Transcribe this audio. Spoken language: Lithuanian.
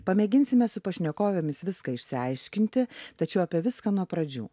pamėginsime su pašnekovėmis viską išsiaiškinti tačiau apie viską nuo pradžių